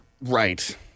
Right